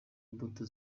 imbuto